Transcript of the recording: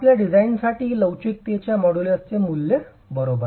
आपल्या डिझाइनसाठी लवचिकतेच्या मॉड्यूलसचे मूल्य बरोबर